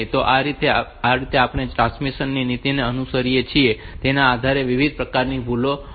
તો આ રીતે આપણે જે ટ્રાન્સમિશન નીતિને અનુસરીએ છીએ તેના આધારે ત્યાં વિવિધ પ્રકારની ભૂલો હોય છે